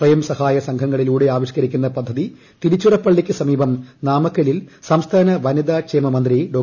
സ്വയം സഹായ സംഘങ്ങളിലൂടെ ആവിഷ്കരിക്കുന്ന പദ്ധതി തിരുച്ചിറപ്പള്ളിക്ക് സമീപം നാമക്കലിൽ സംസ്ഥാന വനിതാ ക്ഷേമ മന്ത്രി ഡോ